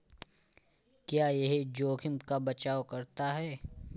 क्या यह जोखिम का बचाओ करता है?